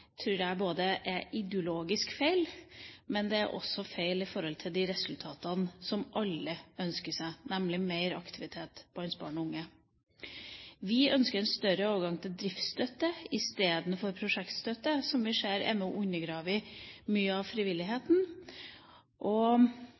tror jeg er ideologisk feil. Det er også feil i forhold til de resultatene som alle ønsker seg, nemlig mer aktivitet blant barn og unge. Vi ønsker en større overgang til driftsstøtte istedenfor prosjektstøtte, som vi ser er med på å undergrave mye av